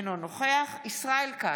אינו נוכח ישראל כץ,